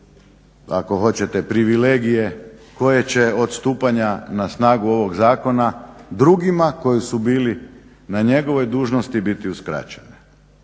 ako hoćete privilegije koje će od stupanja na snagu ovoga Zakona drugima koji su bili na njegovoj dužnosti biti uskraćene.